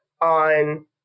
on